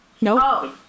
No